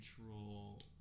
neutral